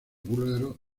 búlgaro